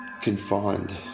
confined